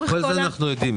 את כל זה אנחנו יודעים.